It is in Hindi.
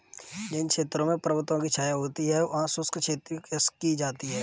जिन क्षेत्रों में पर्वतों की छाया होती है वहां शुष्क क्षेत्रीय कृषि की जाती है